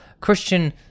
Christian